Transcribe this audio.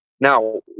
Now